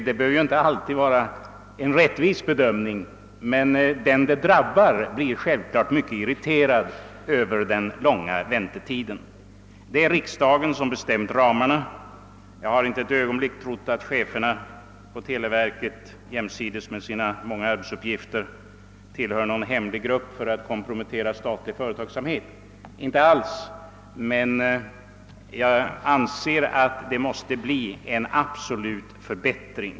Det behöver inte alltid vara en rättvis bedömning, men de som drabbas av den långa väntetiden blir givetvis mycket irriterade. Det är riksdagen som har bestämt ramarna. Jag har inte ett ögonblick trott att cheferna på televerket jämsides med sina många arbetsuppgifter tillhör någon hemlig grupp som vill kompromettera statlig företagsamhet, men jag anser att en förbättring är absolut nödvändig.